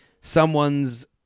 someone's